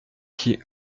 qui